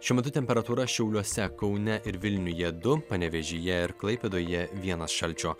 šiuo metu temperatūra šiauliuose kaune ir vilniuje du panevėžyje ir klaipėdoje vienas šalčio